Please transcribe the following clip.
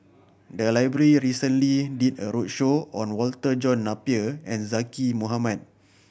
the library recently did a roadshow on Walter John Napier and Zaqy Mohamad